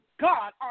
God